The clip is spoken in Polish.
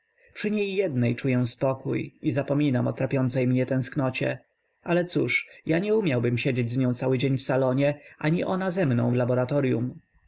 przy niej jednej czuję spokój i zapominam o trapiącej mnie tęsknocie ale cóż ja nie umiałbym siedzieć z nią cały dzień w salonie ani ona ze mną w laboratoryum